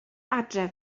adre